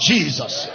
Jesus